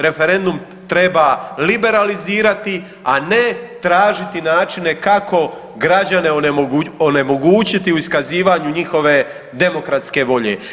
Referendum treba liberalizirati, a ne tražiti načine kako građane onemogućiti u iskazivanju njihove demokratske volje.